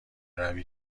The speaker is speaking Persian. روی